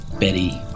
Betty